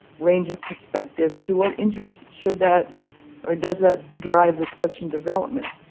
range of perspectives, to what interest should that or does that drive the collection development?